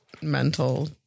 mental